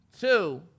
Two